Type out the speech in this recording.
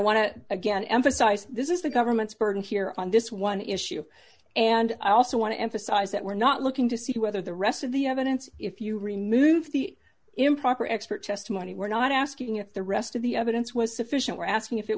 emphasize this is the government's burden here on this one issue and i also want to emphasize that we're not looking to see whether the rest of the evidence if you remove the improper expert testimony we're not asking at the rest of the evidence was sufficient we're asking if it